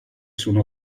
sono